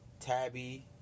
Tabby